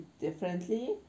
differently